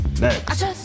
next